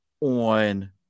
on